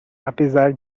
apesar